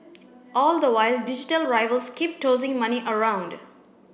all the while digital rivals keep tossing money around